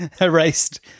erased